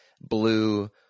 blue